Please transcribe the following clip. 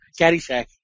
Caddyshack